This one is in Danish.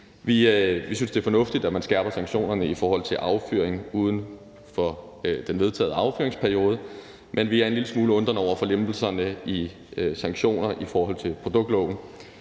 Vi synes, det er fornuftigt, at man skærper sanktionerne i forhold til affyring uden for den vedtagne affyringsperiode, men vi er en lille smule undrende over for lempelserne i sanktioner i forhold til produktloven.